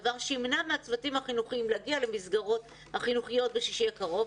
דבר שימנע מהצוותים החינוכיים להגיע למסגרות החינוכיות בשישי הקרוב,